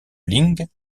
ling